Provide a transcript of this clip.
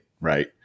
right